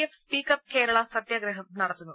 F speak up Kerala സത്യഗ്രഹം നടത്തുന്നു